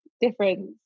difference